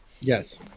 Yes